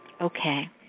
Okay